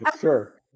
Sure